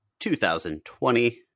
2020